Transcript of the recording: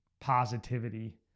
positivity